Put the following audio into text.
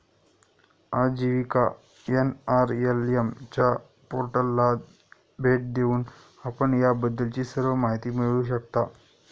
आजीविका एन.आर.एल.एम च्या पोर्टलला भेट देऊन आपण याबद्दलची सर्व माहिती मिळवू शकता